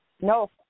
No